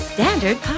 Standard